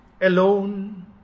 alone